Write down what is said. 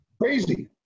crazy